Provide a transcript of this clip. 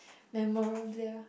memorable